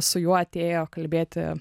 su juo atėjo kalbėti